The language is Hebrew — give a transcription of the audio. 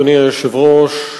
היושב-ראש,